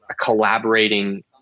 collaborating